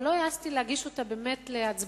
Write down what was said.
אבל לא העזתי להגיש אותה להצבעות,